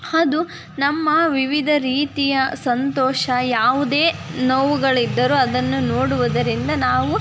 ಅದು ನಮ್ಮ ವಿವಿಧ ರೀತಿಯ ಸಂತೋಷ ಯಾವುದೇ ನೋವುಗಳಿದ್ದರೂ ಅದನ್ನು ನೋಡುವುದರಿಂದ ನಾವು